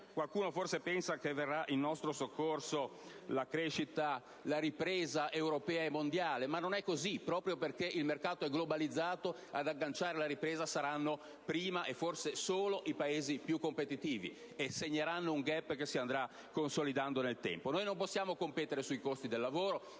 Qualcuno spera che venga in nostro soccorso la riprese europea e mondiale? Non è così. Proprio perché il mercato è globalizzato, ad agganciare la ripresa saranno prima (e forse solo) i Paesi più competitivi che segneranno un *gap* che andrà a consolidarsi nel tempo. Non potendo competere sui costi del lavoro